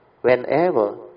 whenever